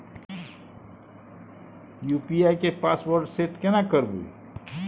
UPI के password set केना करबे?